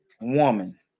woman